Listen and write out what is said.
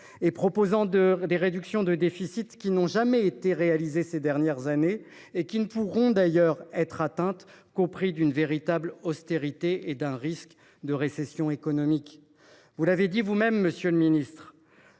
les réductions prévues pour le déficit n’ont jamais été réalisées ces dernières années et ne pourront d’ailleurs être atteintes qu’au prix d’une véritable austérité, donc au risque de la récession économique. Vous l’avez dit vous même, monsieur le ministre